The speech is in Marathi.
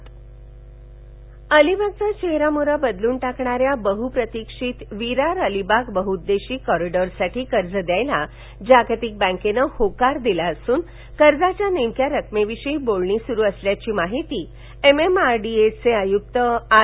व्हॉईस कास्टरायगडः अलिबागचा चेहरा मोहरा बदलून टाकणा या बहुप्रतिक्षित विरार अलिबाग बहुउद्देशीय कॉरिडॉरसाठी कर्ज द्यायला जागतिक बँकेनं होकार दिला असून कर्जाच्या नेमक्या रक्कमेविषयी बोलणी सुरू असल्याची माहिती एमएमआरडीएचे आयुक्त आर